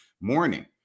morning